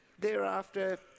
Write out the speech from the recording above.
thereafter